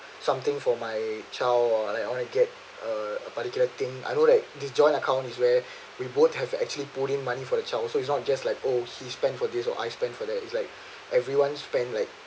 something for my child uh or I want to get uh a particular thing I know like this joint account is where reward have actually pulling money for the child so it's not just like oh he spend for this or I spend for that it's like everyone's spend like